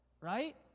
right